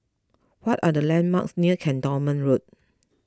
what are the landmarks near Cantonment Road